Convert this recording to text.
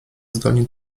zdolni